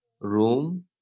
room